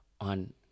on